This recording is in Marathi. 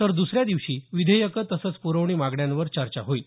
तर दुसऱ्या दिवशी विधेयकं तसंच पुरवणी मागण्यांवर चर्चा होईल